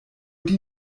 die